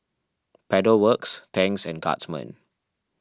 Pedal Works Tangs and Guardsman